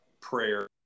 prayer